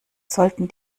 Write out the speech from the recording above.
sollten